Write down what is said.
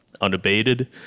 unabated